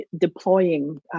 deploying